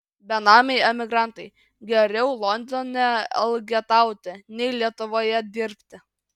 benamiai emigrantai geriau londone elgetauti nei lietuvoje dirbti